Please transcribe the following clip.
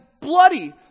bloody